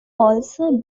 also